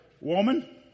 woman